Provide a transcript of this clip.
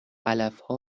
علفها